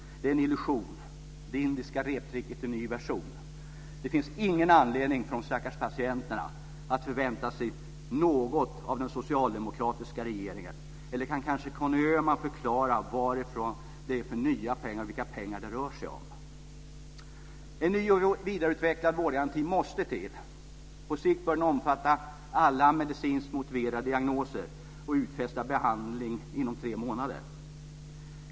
Det är en illusion - det indiska reptricket i ny version. Det finns ingen anledning för de stackars patienterna att förvänta sig något av den socialdemokratiska regeringen, eller kan kanske Conny Öhman förklara vilka nya pengar det rör sig om? En ny och vidareutvecklad vårdgaranti måste till. På sikt bör den omfatta alla medicinskt motiverade diagnoser och utfästa behandling inom tre månader.